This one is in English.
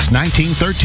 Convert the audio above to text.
1913